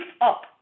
up